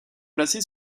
placé